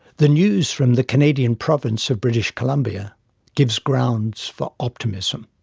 the news from the canadian province of british columbia gives grounds for optimism.